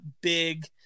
big